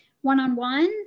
one-on-one